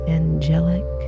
angelic